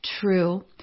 true